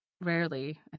rarely